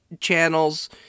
channels